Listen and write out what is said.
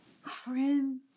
friend